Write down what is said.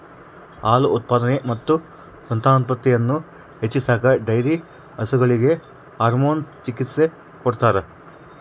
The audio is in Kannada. ಹಾಲು ಉತ್ಪಾದನೆ ಮತ್ತು ಸಂತಾನೋತ್ಪತ್ತಿಯನ್ನು ಹೆಚ್ಚಿಸಾಕ ಡೈರಿ ಹಸುಗಳಿಗೆ ಹಾರ್ಮೋನ್ ಚಿಕಿತ್ಸ ಕೊಡ್ತಾರ